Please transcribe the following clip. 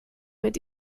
mit